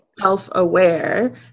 self-aware